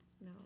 no